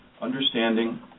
understanding